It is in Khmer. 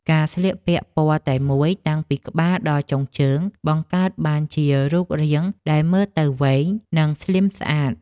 ការស្លៀកពាក់ពណ៌តែមួយតាំងពីក្បាលដល់ចុងជើងបង្កើតបានជារូបរាងដែលមើលទៅវែង និងស្លីមស្អាត។